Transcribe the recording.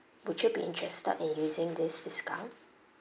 would you be interested in using this discount